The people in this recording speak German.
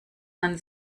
man